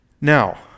Now